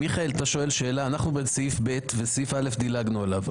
מיכאל, אנחנו בסעיף ב' וסעיף א' דילגנו עליו.